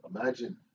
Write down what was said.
Imagine